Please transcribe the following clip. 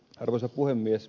arvoisa puhemies